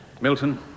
Milton